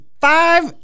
Five